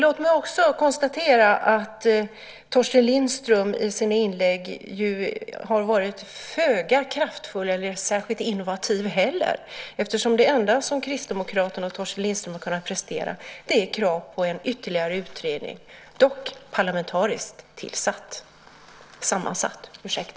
Låt mig också konstatera att Torsten Lindström i sina inlägg har varit föga kraftfull och inte heller särskilt innovativ. Det enda som Kristdemokraterna och Torsten Lindström har kunnat prestera är krav på en ytterligare utredning, dock parlamentariskt sammansatt.